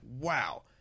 Wow